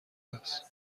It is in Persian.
است